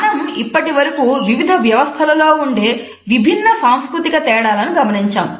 మనం ఇప్పటి వరకూ వివిధ వ్యవస్థలలో ఉండె విభిన్న సాంస్కృతిక తేడాలను గమనించాము